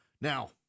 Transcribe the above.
Now